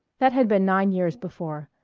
that had been nine years before.